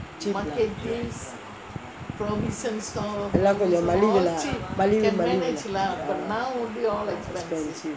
cheap lah எல்லாம் கொஞ்சம் மலிவு:ellam konjam malivu lah மலிவு மலிவு:malivu malivu lah